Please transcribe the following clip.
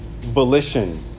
volition